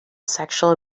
sexual